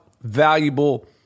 valuable